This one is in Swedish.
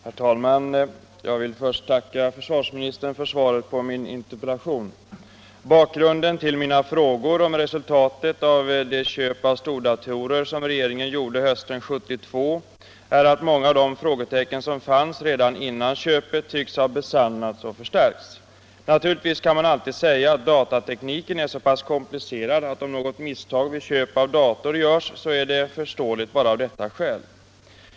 Herr talman! Jag vill först tacka försvarsministern för svaret på min interpellation. Bakgrunden till mina frågor om resultatet av det köp av stordatorer som regeringen gjorde hösten 1972 är att många av de frågetecken som fanns redan innan köpet tycks ha besannats och förstärkts. Naturligtvis kan man alltid säga att datatekniken är så pass komplicerad att om något misstag vid köp av datorer görs så är det förståeligt, bara av det skälet.